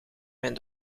mijn